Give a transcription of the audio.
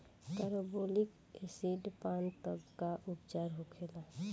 Carbolic acid पान तब का उपचार होखेला?